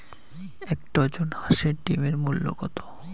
এক ডজন হাঁসের ডিমের মূল্য কত?